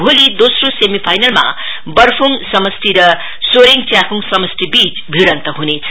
भोलि दोस्रो सेमी फाईनलमा बर्फुङ्ग समष्टि र सोरेङ च्याखुङ समष्टिबीच भीइन्त हुनेछ